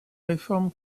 réforme